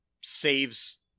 saves